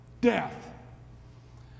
Death